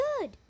good